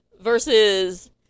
versus